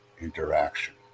interaction